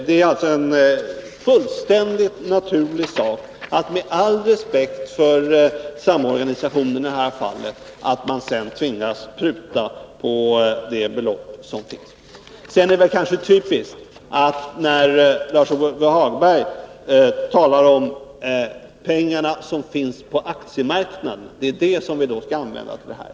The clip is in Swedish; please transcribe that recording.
Det är alltså en fullständigt naturlig sak att man med respekt för samorganisationen i det här fallet tvingas pruta på beloppen. Det är typiskt för Lars-Ove Hagberg att tala om de pengar som finns på aktiemarknaden. Det är dessa pengar som vi skall använda för det här.